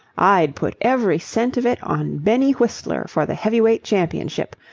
i'd put every cent of it on benny whistler for the heavyweight championship.